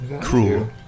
Cruel